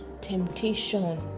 temptation